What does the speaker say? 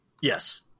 Yes